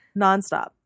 nonstop